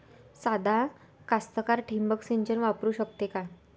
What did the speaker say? सादा कास्तकार ठिंबक सिंचन वापरू शकते का?